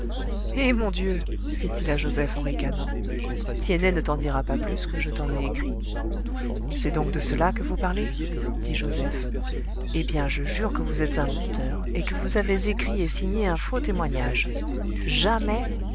eh mon dieu fit-il à joseph en ricanant tiennet ne t'en dira pas plus que je t'en ai écrit c'est donc de cela que vous parlez dit joseph eh bien je jure que vous êtes un menteur et que vous avez écrit et signé un faux témoignage jamais